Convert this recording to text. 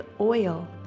oil